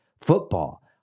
football